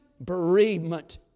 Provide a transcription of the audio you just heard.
bereavement